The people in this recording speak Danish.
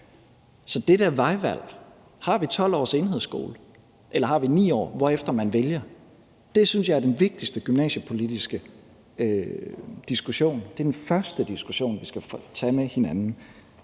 hensyn til om vi har 12 års enhedsskole eller har 9 års enhedsskole, hvorefter man vælger, synes jeg er den vigtigste gymnasiepolitiske diskussion. Det er den første diskussion, vi skal tage med hinanden.